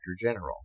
General